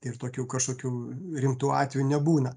ir tokių kažkokių rimtų atvejų nebūna